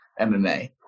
MMA